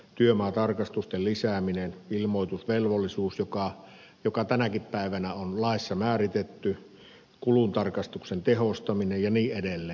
työmaatarkastusten lisääminen ilmoitusvelvollisuus joka tänäkin päivänä on laissa määritetty kuluntarkastuksen tehostaminen ja niin edelleen